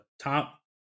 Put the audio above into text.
top